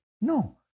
No